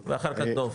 כן ואחר כך דוב.